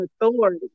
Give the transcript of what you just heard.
authority